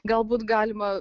galbūt galima